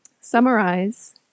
summarize